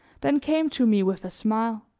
then came to me with a smile